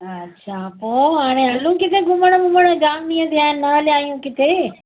अच्छा पोइ हाणे हलूं किथे घुमणु वुमणु जामु ॾींहं थिया आहिनि न हलिया आहियूं किथे